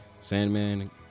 Sandman